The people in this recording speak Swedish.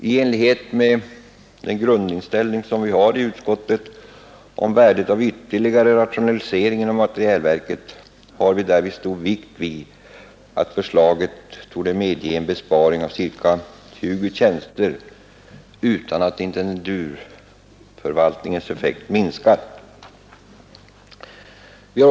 I enlighet med sin grundinställning till värdet av ytterligare rationalisering inom materielverket har utskottet därvid fäst stor vikt vid att förslaget torde medge en besparing av ca 20 tjänster utan att intendenturförvaltningens effekt minskar.